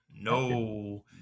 No